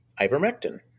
ivermectin